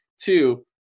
Two